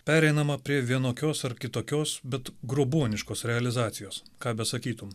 pereinama prie vienokios ar kitokios bet grobuoniškos realizacijos ką besakytum